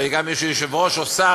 וגם אם מישהו הוא יושב-ראש או שר,